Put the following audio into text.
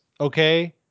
Okay